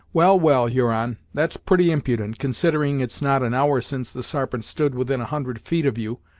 well, well, huron, that's pretty impudent, considering it's not an hour since the sarpent stood within a hundred feet of you,